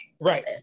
Right